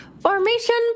Formation